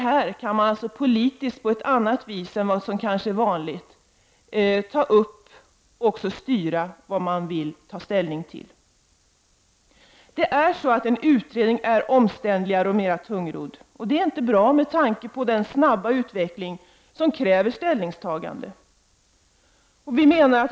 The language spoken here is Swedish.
Här kan man alltså politiskt på ett annat sätt än som kanske är vanligt ta upp och styra de frågor som man vill ta ställning till. En utredning är omständligare och mera tungrodd. Det är inte bra, med tanke på den snabba utveckling som kräver ställningstaganden.